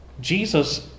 Jesus